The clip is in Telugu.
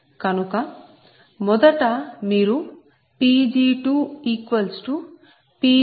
కనుక మొదట మీరు Pg2Pg201